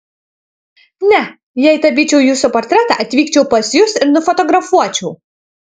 ne jei tapyčiau jūsų portretą atvykčiau pas jus ir nufotografuočiau